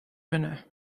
vene